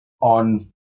on